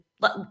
Let